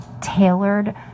tailored